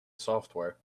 software